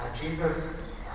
Jesus